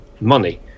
money